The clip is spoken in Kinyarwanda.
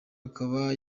akaba